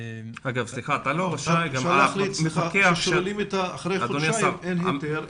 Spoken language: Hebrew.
אפשר להחליט --- אחרי חודשיים אין יותר,